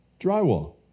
drywall